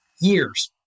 years